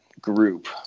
group